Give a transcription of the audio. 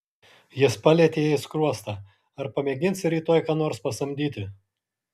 jis palietė jai skruostą ar pamėginsi rytoj ką nors pasamdyti